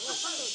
רגע,